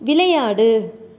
விளையாடு